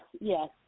yes